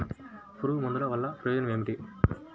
పురుగుల మందుల వల్ల ప్రయోజనం ఏమిటీ?